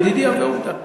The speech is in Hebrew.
בדידי הווה עובדא.